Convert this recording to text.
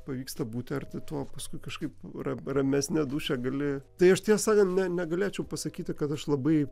pavyksta būti arti to paskui kažkaip ra ramesne dūšia gali tai aš tiesa ne negalėčiau pasakyti kad aš labai